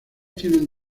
tienen